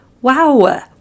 Wow